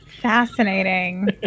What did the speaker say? Fascinating